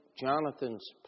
Jonathan's